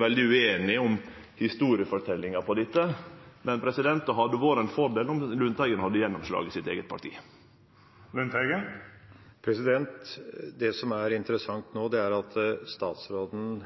veldig ueinige om historieforteljinga her, men det hadde vore ein fordel om representanten Lundteigen hadde gjennomslag i sitt eige parti. Det som er interessant nå, er at statsråden